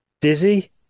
dizzy